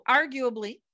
arguably